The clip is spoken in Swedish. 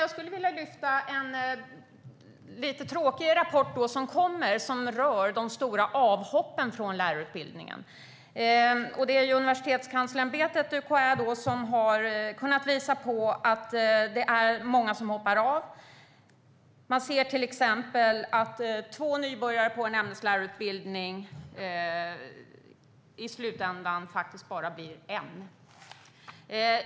Jag skulle vilja lyfta fram en lite tråkigare rapport som rör de stora avhoppen från lärarutbildningen. Universitetskanslersämbetet, UKÄ, har visat på att många hoppar av. Man ser till exempel att två nybörjare på en ämneslärarutbildning i slutändan faktiskt bara blir en.